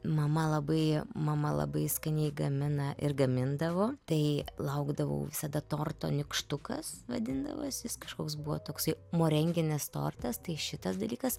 mama labai mama labai skaniai gamina ir gamindavo tai laukdavau visada torto nykštukas vadindavosi jis kažkoks buvo toksai morenginis tortas tai šitas dalykas